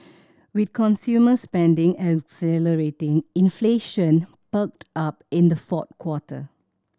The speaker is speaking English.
with consumer spending accelerating inflation perked up in the fourth quarter